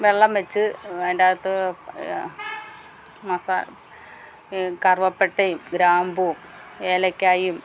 വെള്ളം വെച്ച് അതിൻറ്റാത്ത് മസാ കർവാപ്പെട്ടയും ഗ്രാമ്പൂം ഏലയ്ക്കായും